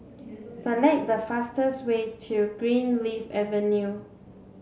select the fastest way to Greenleaf Avenue